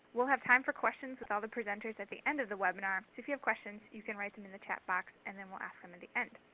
we'll have time for questions with all the presenters at the end of the webinar. so if you have questions, you can write them in the chat box, and then we'll ask them at the end.